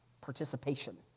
participation